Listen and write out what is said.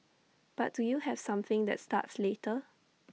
but do you have something that starts later